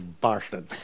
bastard